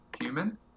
human